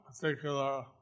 particular